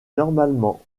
normalement